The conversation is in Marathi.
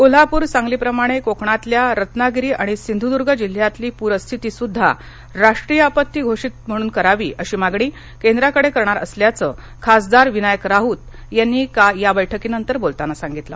कोल्हापूर सांगली प्रमाणे कोकणातल्या रत्नागिरी आणि सिंधूर्द्र्र जिल्ह्यातली पूरस्थिती सुद्धा राष्ट्रीय आपत्ती घोषित करावी अशी मागणी केंद्राकडे करणार असल्याचं खासदार विनायक राऊत यांनी या बैठकीनंतर बोलताना सांगितलं